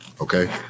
Okay